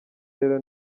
rero